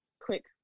quick